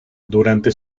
durante